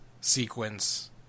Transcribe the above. sequence